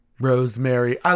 rosemary